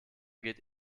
geht